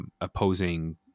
opposing